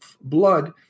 blood